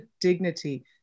dignity